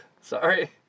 Sorry